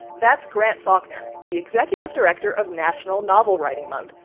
that's grant faulkner, the executive director of national novel writing month,